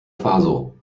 faso